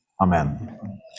amen